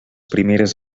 primeres